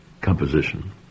composition